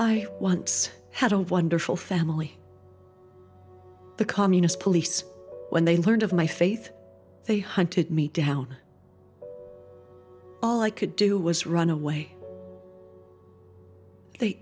i once had a wonderful family the communist police when they learned of my faith they hunted me down all i could do was run away they